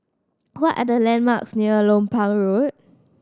what are the landmarks near Lompang Road